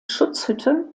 schutzhütte